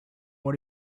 what